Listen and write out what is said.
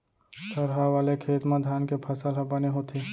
थरहा वाले खेत म धान के फसल ह बने होथे